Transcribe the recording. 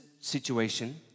situation